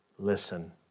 listen